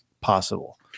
possible